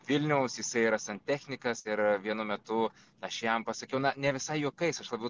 vilniaus jisai yra santechnikas ir vienu metu aš jam pasakiau na ne visai juokais aš labiau